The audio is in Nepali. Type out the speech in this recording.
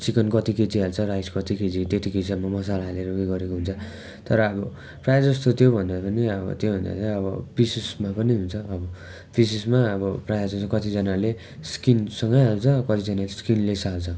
चिकन कति केजी हाल्छ राइस कति केजी त्यतिको हिसाबमा मसाला हालेर उयो गरेको हुन्छ तर अब प्रायः जस्तो त्यो भन्दा पनि अब त्यो भन्दा चाहिँ अब पिसेसमा पनि हुन्छ पिसेसमा अब प्रायः जस्तो कति जनाले स्किनसँगै हाल्छ कतिजनाले स्किनलेस हाल्छ